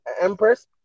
empress